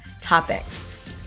topics